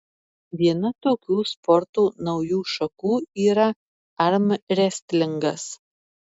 viena tokių sporto naujų šakų yra armrestlingas